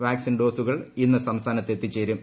vaccine ഡോസുകൾ ഇന്ന് സംസ്ഥാന്ത്ത് എത്തിച്ചേരും